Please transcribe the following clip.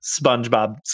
SpongeBob